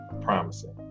promising